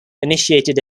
initiated